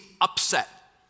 upset